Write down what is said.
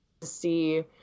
see